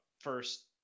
first